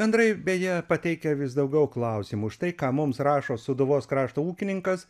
bendrai beje pateikia vis daugiau klausimų štai ką mums rašo sūduvos krašto ūkininkas